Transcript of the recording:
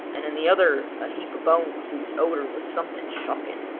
and in the other a heap of bones whose odour was something shocking.